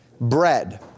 bread